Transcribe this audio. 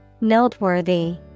Noteworthy